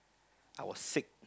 I was sick